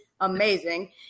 amazing